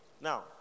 now